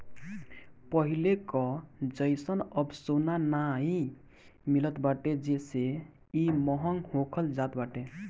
पहिले कअ जइसन अब सोना नाइ मिलत बाटे जेसे इ महंग होखल जात बाटे